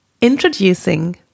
Introducing